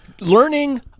Learning